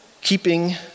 keeping